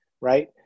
right